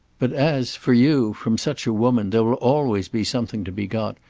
but as, for you, from such a woman, there will always be something to be got,